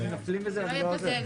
הישיבה נעולה.